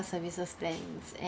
services then